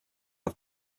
have